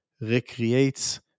recreates